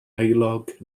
heulog